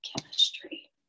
chemistry